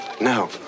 No